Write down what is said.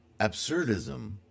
absurdism